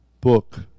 book